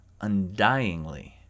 undyingly